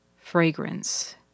Fragrance